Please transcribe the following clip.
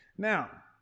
Now